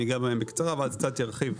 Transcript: אני אגע בהם בקצרה ואז קצת ארחיב.